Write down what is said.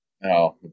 No